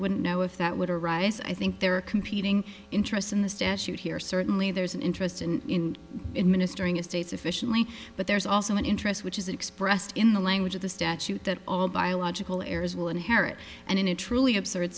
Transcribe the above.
wouldn't know if that would arise i think there are competing interests in the statute here certainly there's an interest in in ministering estates efficiently but there's also an interest which is expressed in the language of the statute that all biological heirs will inherit and in a truly absurd